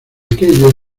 aquellos